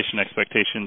expectations